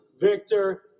Victor